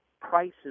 prices